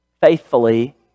faithfully